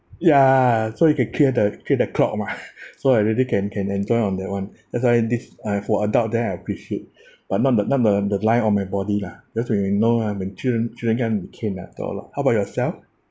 ya so it could clear clear the clog mah so I really can can enjoy on that [one] that's why this uh for adult then I appreciate but not the but not the the line on my body lah because when you know ah when children children can't be caned at all lah how about yourself